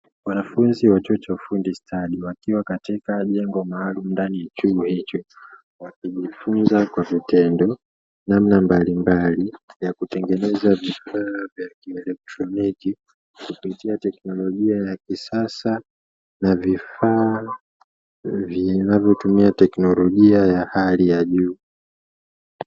Wanafunzi wa chuo cha ufundi stadi, wakiwa katika jengo maalumu ndani ya chumba hicho wakijifunza kwa vitendo namna mbalimbali ya kutengeneza vifaa vya kielektroniki kupitia teknolojia ya kisasa na vifaa vinavyotumia teknolojia ya hali ya juu.